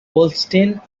holstein